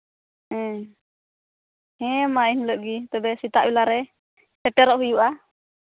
ᱦᱮᱸ ᱦᱮᱢᱟ ᱤᱱᱦᱤᱞᱳᱜ ᱜᱮ ᱛᱚᱵᱮ ᱥᱮᱛᱟᱜ ᱵᱮᱞᱟᱨᱮ ᱥᱮᱴᱮᱨᱚᱜ ᱦᱩᱭᱩᱜᱼᱟ